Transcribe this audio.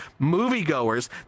moviegoers